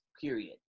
Period